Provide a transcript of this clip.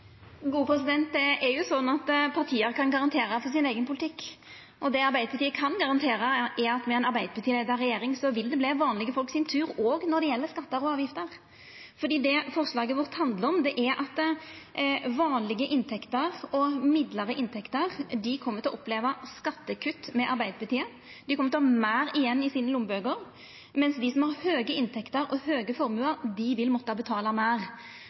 Det er sånn at partia kan garantera for sin eigen politikk, og det Arbeidarpartiet kan garantera, er at med ei Arbeidarparti-leia regjering vil det verta vanlege folk sin tur òg når det gjeld skattar og avgifter. For det forslaget vårt handlar om, er at folk med vanlege og gjennomsnittlege inntekter kjem til å oppleva skattekutt med Arbeidarpartiet. Dei kjem til ha meir igjen i lommebøkene sine, mens dei som har høge inntekter og høge formuar, vil